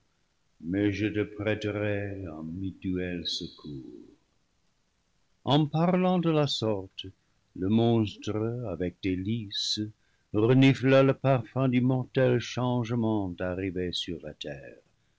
mais je te prêterai un mutuel secours en parlant de la sorte le monstre avec délices renifla le par fum du mortel changement arrivé sur la terre